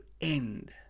end